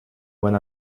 when